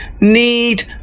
need